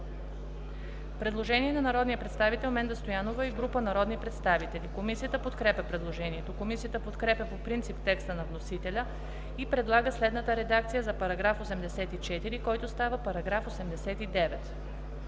Предложение на народния представител Менда Стоянова и група народни представители. Комисията подкрепя предложението. Комисията подкрепя по принцип текста на вносителя и предлага следната редакция за § 129, който става § 142: „§